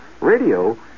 Radio